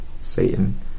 Satan